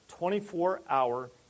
24-hour